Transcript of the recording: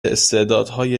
استعدادهای